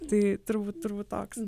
tai turbūt turbūt toks